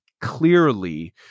clearly